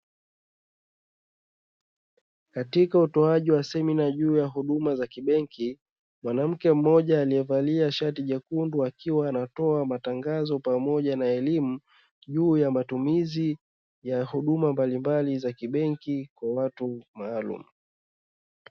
Katika utoaji wa semina juu ya huduma ya kibenki, mwanamke mmoja aliye valia shati jekundu, akiwa anatoa matangazo pamoja na elimu juu ya matumizi ya huduma mbalimbali za kibenki kwa watu maalumu.